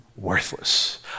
worthless